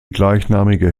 gleichnamige